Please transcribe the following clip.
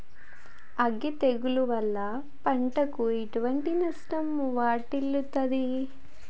అగ్గి తెగులు వల్ల పంటకు ఎటువంటి నష్టం వాటిల్లుతది?